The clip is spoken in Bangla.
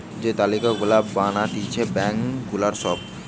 যে তালিকা গুলা বানাতিছে ব্যাঙ্ক গুলার সব